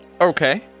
Okay